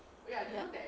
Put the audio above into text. ya